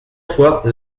fois